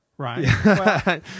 Right